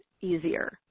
easier